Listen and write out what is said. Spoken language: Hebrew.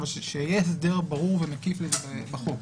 אבל שיהיה הסדר ברור ומקיף בחוק.